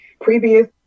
previous